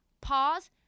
Pause